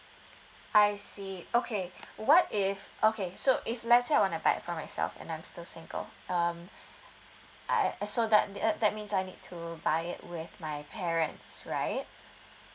I see okay what if okay so if let's say I wanna buy for myself and I'm still single um I I so that that that means I need to buy it with my parents right